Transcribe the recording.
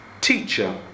teacher